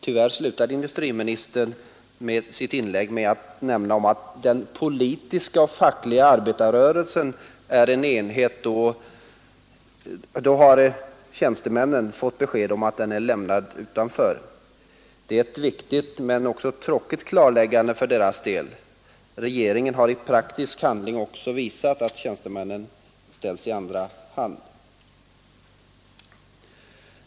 Tyvärr slutade industriministern sitt inlägg med att säga att den politiska och fackliga arbetarrörelsen är en enhet. Därmed har tjänstemännen fått besked om att de är lämnade utanför. Det är ett viktigt men också tråkigt klarläggande för deras del. Regeringen har i praktisk handling också visat att tjänstemännen kommer i andra hand.